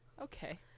Okay